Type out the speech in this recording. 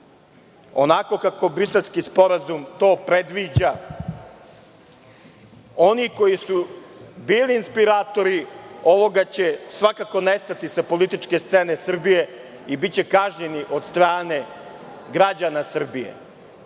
onako kako Briselski sporazum to predviđa. Oni koji su bili inspiratori ovoga će svakako nestati sa političke scene Srbije i biće kažnjeni od strane građana Srbije. Ne